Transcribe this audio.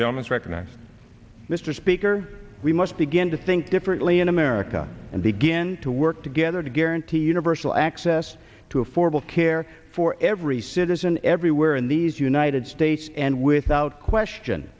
jonah's recognize mr speaker we must begin to think differently in america and begin to work together to guarantee universal access to affordable care for every citizen everywhere in these united states and without question